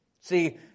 see